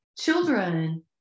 children